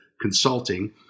consulting